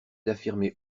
d’affirmer